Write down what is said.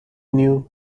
knew